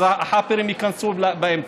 אז החאפרים ייכנסו באמצע,